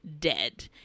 dead